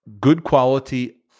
good-quality